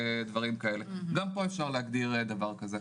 גם פה אפשר להגדיר דבר כזה.